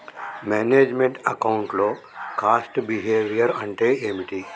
Manage meant account లో cost behaviour అంటే ఏమిటి?